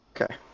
Okay